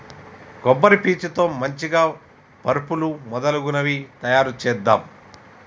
కొబ్బరి పీచు తో మంచిగ పరుపులు మొదలగునవి తాయారు చేద్దాం